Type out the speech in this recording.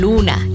Luna